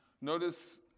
Notice